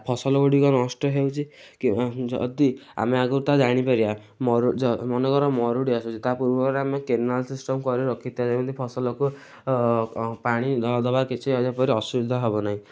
ଫସଲ ଗୁଡ଼ିକ ନଷ୍ଟ ହେଉଛି ଯଦି ଆମେ ଆଗରୁ ତାହା ଜାଣିପାରିବା ମନେ କର ମରୁଡ଼ି ଆସୁଛି ତା'ପୂର୍ବରୁ ଆମେ କେନାଲ ସିଷ୍ଟମ୍ କରିକି ରଖିଥିବା ଯେମିତି ଫସଲକୁ ପାଣି ଦେବାରେ କିଛି ଯେପରି ଅସୁବିଧା ହେବ ନାହିଁ